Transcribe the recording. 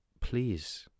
Please